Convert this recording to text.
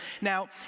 Now